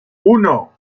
uno